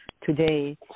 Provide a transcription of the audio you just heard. today